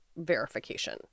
verification